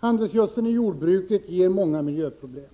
Handelsgödseln i jordbruket ger många miljöproblem.